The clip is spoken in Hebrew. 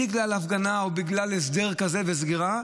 בגלל הפגנה או בגלל הסדר כזה או סגירה,